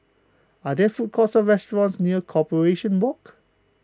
are there food courts or restaurants near Corporation Walk